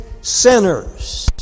sinners